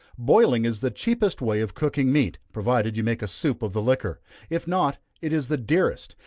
boiling is the cheapest way of cooking meat, provided you make a soup of the liquor if not, it is the dearest,